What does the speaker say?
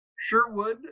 Sherwood